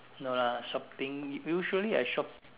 no lah shopping usually I shop